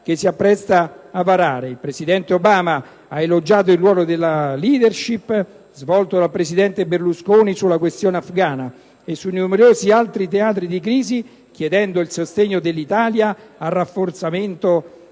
Usa si appresta a varare. Il presidente Obama ha elogiato il ruolo di *leadership* svolto dal presidente Berlusconi sulla questione afgana e sui numerosi altri teatri di crisi, chiedendo il sostegno dell'Italia nel rafforzamento